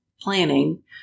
planning